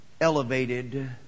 elevated